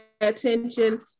attention